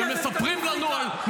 זו סטטיסטיקה.